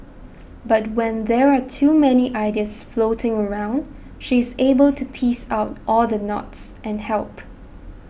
but when there are too many ideas floating around she is able to tease out all the knots and help